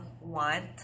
want